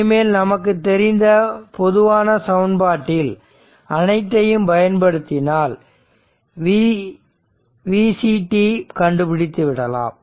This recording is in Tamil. இனிமேல் நமக்கு தெரிந்த பொதுவான சமன்பாட்டில் அனைத்தையும் பயன்படுத்தினால் Vc கண்டுபிடித்துவிடலாம்